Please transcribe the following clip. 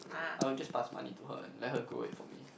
I would just pass money to her and let her go it for me